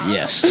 Yes